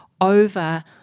over